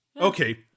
Okay